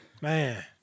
Man